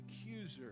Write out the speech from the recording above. accuser